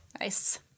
Nice